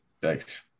Thanks